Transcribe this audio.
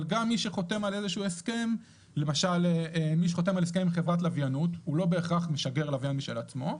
מי שחותם על הסכם עם חברת לוויין הוא לא בהכרח משגר לוויין משל עצמו,